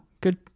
Good